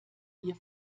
ihr